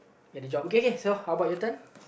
get a job okay okay so how about your turn